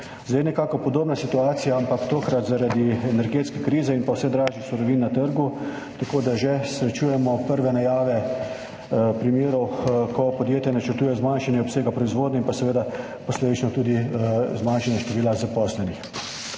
Zdaj je nekako podobna situacija, ampak tokrat zaradi energetske krize in pa vse dražjih surovin na trgu, tako da že srečujemo prve najave primerov, ko podjetja načrtujejo zmanjšanje obsega proizvodnje in pa seveda posledično tudi zmanjšanje števila zaposlenih.